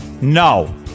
no